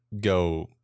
go